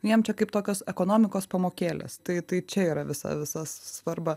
jiem čia kaip tokios ekonomikos pamokėlės tai tai čia yra visa visa svarba